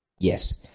Yes